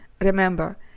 Remember